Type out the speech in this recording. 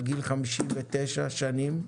על גיל 59 שנים.